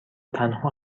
تنها